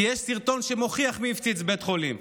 כי יש סרטון שמוכיח מי הפציץ בית חולים,